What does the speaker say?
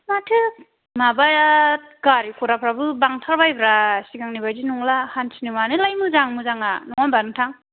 माथो माबाया गारि गराफ्राबो बांथारबायब्रा सिगांनि बायदि नंला हानथिनो मानोलाय मोजां मोजाङा नङा होमबा नोंथां